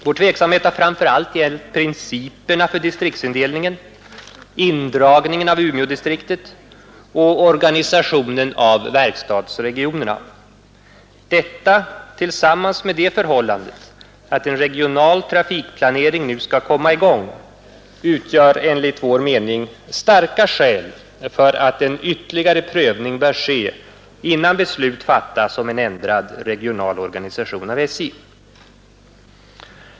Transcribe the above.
Vår tveksamhet har framför allt gällt principerna för distriktsindelningen, indragningen av Umeådistriktet och organisationen av verkstadsregionerna. Detta tillsammans med det förhållandet att en regional trafikplanering nu skall komma i gång utgör enligt vår mening starka skäl för att en ytterligare prövning bör ske innan beslut fattas om en ändrad regional organisation av SJ.